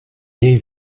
niej